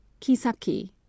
Kisaki